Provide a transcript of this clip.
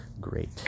great